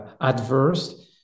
adverse